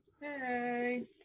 hey